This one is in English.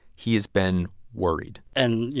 he has been worried and, you